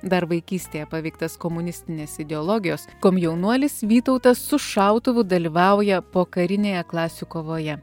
dar vaikystėje paveiktas komunistinės ideologijos komjaunuolis vytautas su šautuvu dalyvauja pokarinėje klasių kovoje